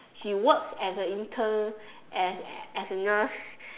she works as a intern as as a nurse